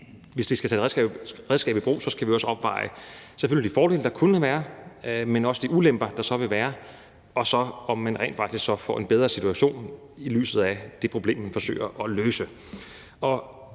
hvis vi skal tage et redskab i brug, skal vi selvfølgelig også overveje de fordele, der kunne være, men også de ulemper, der så vil være, og om man så rent faktisk får en bedre situation i lyset af det problem, man forsøger at løse.